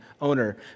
owner